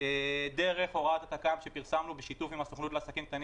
דרך הוראת התכ"ם שפרסמנו בשיתוף עם הסוכנות לעסקים קטנים